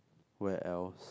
where else